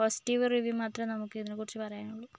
positive review മാത്രമേ നമുക്ക് ഇതിനെക്കുറിച്ച് പറയാനുള്ളു